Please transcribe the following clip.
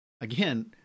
again